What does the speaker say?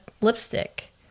lipstick